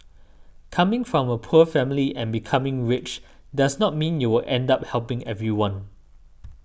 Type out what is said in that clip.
coming from a poor family and becoming rich doesn't mean you will end up helping everyone